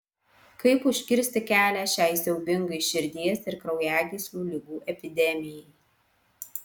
kaip užkirsti kelią šiai siaubingai širdies ir kraujagyslių ligų epidemijai